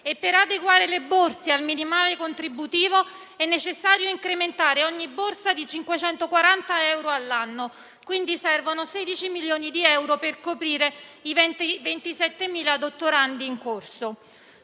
Per adeguare le borse al minimale contributivo è necessario incrementare ogni borsa di 540 euro all'anno. Pertanto, servono 16 milioni di euro per coprire i 27.000 dottorandi in corso.